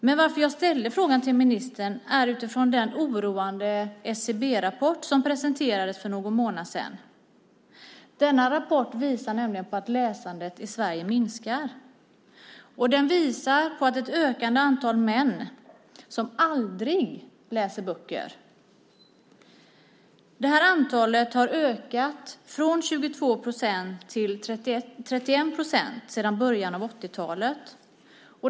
Men jag ställde frågan till ministern med anledning av den oroande SCB-rapport som presenterades för någon månad sedan. Denna rapport visar nämligen att läsandet i Sverige minskar. Den visar att ett det är ett ökande antal män som aldrig läser böcker. Antalet har ökat från 22 procent till 31 procent sedan början av 80-talet.